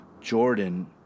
Jordan